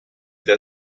der